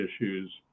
issues